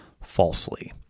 falsely